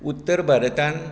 उत्तर भारतांत